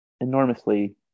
enormously